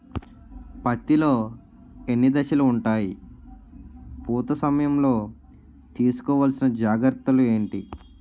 పత్తి లో ఎన్ని దశలు ఉంటాయి? పూత సమయం లో తీసుకోవల్సిన జాగ్రత్తలు ఏంటి?